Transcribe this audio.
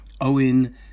Owen